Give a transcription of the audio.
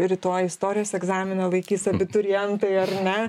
rytoj istorijos egzaminą laikys abiturientai ar ne